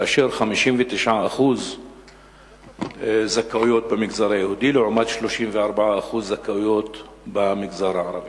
כאשר יש 59% זכאויות במגזר היהודי לעומת 34% זכאויות במגזר הערבי.